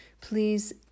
Please